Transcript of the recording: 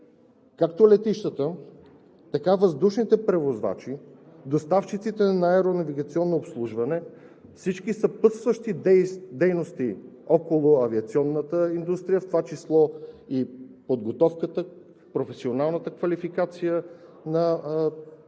както летищата, така и въздушните превозвачи, доставчиците на аеронавигационно обслужване, всички съпътстващи дейности около авиационната индустрия, в това число и подготовката, професионалната квалификация на